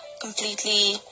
completely